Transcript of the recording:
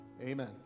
Amen